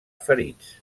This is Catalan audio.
ferits